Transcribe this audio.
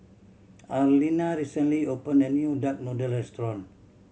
Arlena recently opened a new duck noodle restaurant